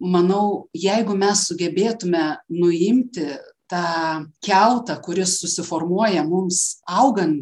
manau jeigu mes sugebėtume nuimti tą kiautą kuris susiformuoja mums augan